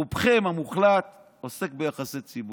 ורובכם המוחלט עוסק ביחסי ציבור.